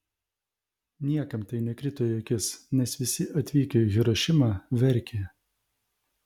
niekam tai nekrito į akis nes visi atvykę į hirošimą verkė